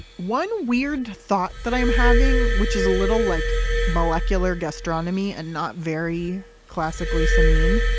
one weird thought that i'm having, which is a little like molecular gastronomy and not very classically samin.